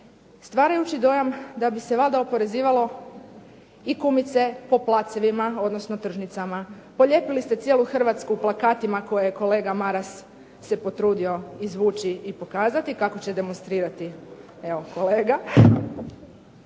stvarajući dojam da bi se valjda oporezivalo i kumice po placevima, odnosno tržnicama. Polijepili ste cijelu Hrvatsku plakatima koje je kolega Maras se potrudio izvući i pokazati kako će demonstrirati evo kolega,